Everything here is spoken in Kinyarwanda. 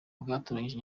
bwatangarije